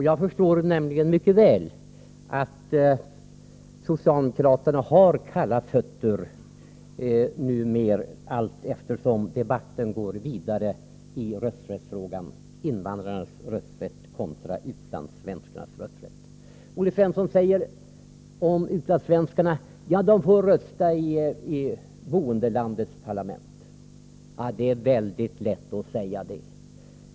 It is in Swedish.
Jag förstår mycket väl att socialdemokraterna får kalla fötter allteftersom debatten går vidare i rösträttsfrågan — invandrarnas rösträtt kontra utlandssvenskarnas rösträtt. Olle Svensson säger om utlandssvenskarna att de får rösta i boendelandets parlament. Det är mycket lätt att säga.